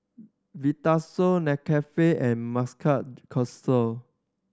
Vitasoy Nescafe and Marc